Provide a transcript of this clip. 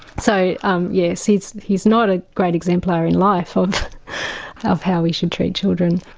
so um yes, he's he's not a great exemplar in life of of how we should treat children.